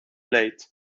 late